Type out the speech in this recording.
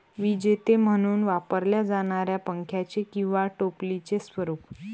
विजेते म्हणून वापरल्या जाणाऱ्या पंख्याचे किंवा टोपलीचे स्वरूप